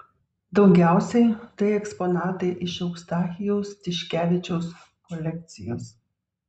daugiausiai tai eksponatai iš eustachijaus tiškevičiaus kolekcijos